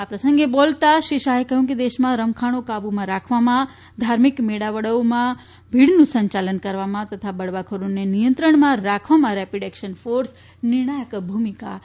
આ પ્રસંગે બોલતાં શ્રી શાહે કહ્યું કે દેશમાં રમખાણો કાબૂમાં રાખવામાં ધાર્મિક મેળાવડોમાં ભીડનું સંચાલન કરવામાં તથા બળવાખોરોને નિયંત્રણમાં રાખવામાં રેપીડ એક્શન ફોર્સ નિર્ણાયક ભૂમિકા ભજવે છે